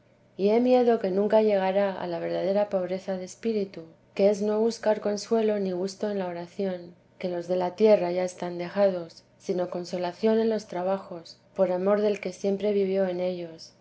y he miedo que nunca llegará a la verdadera pobreza de espíritu que es no buscar consuelo ni gusto en la oración que los de la tierra ya están dejados sino consolación en los trabajos por amor del que siempre vivió en ellos